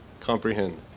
comprehend